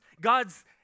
God's